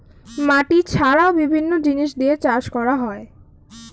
মাটি ছাড়াও বিভিন্ন জিনিস দিয়ে চাষ করা হয়